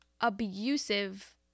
abusive